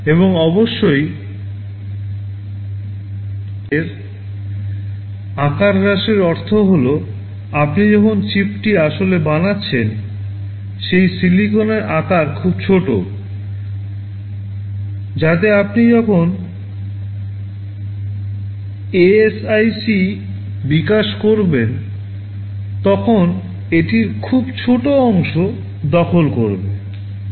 এবং অবশ্যই ছাঁচের আকার হ্রাসের অর্থ হল আপনি যখন চিপটি আসলে বানাচ্ছেন সেই সিলিকনের আকার খুব ছোট যাতে আপনি যখন ASIC বিকাশ করবেন তখন এটির খুব ছোট অংশটি দখল করবে